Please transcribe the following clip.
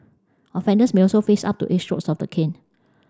offenders may also face up to eight strokes of the cane